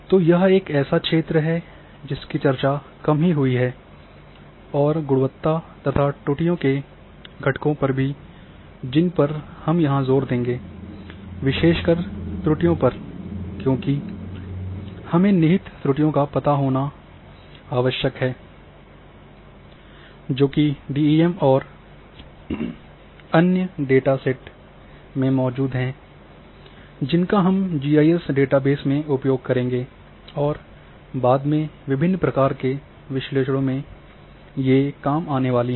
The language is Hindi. तो यह एक ऐसा क्षेत्र है जिसकी चर्चा कम ही हुई है और गुणवत्ता तथा त्रुटियों के घटकों पर भी जिन पर हम यहाँ ज़ोर देंगे विशेषकर त्रुटियों पर क्योंकि हमें निहित त्रुटियों का पता होना चाहिए जबकि डीईएम और अन्य डेटासेट में मौजूद हैं जिनका हम जीआईएस डेटाबेस में उपयोग करेंगे जो बाद में विभिन्न प्रकार के विश्लेषणों में काम आने वाली हैं